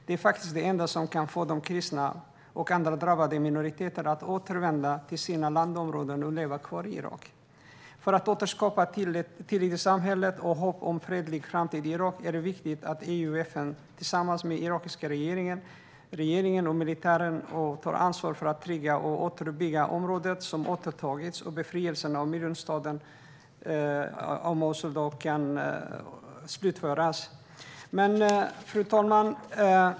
Det är faktiskt det enda som kan få de kristna och andra drabbade minoriteter att återvända till sina landområden och leva kvar i Irak. För att återskapa tillit i samhället och hopp om en fredlig framtid i Irak är det viktigt att EU och FN tillsammans med den irakiska regeringen och militären tar ansvar för att trygga och återuppbygga det område som återtagits och slutföra befrielsen av miljonstaden Mosul. Fru talman!